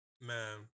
man